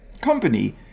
company